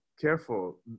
careful